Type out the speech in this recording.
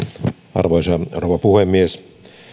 arvoisa rouva puhemies